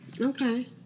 Okay